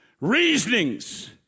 reasonings